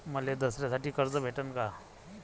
मले दसऱ्यासाठी कर्ज भेटन का?